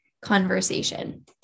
conversation